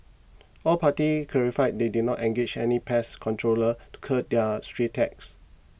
all parties clarified they did not engage any pest controllers to cull their stray cats